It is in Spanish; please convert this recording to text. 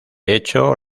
hecho